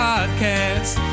Podcast